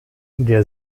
der